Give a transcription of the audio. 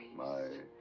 my.